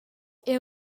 est